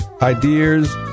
ideas